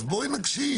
אז בואו נקשיב.